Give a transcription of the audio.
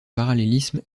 parallélisme